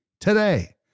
today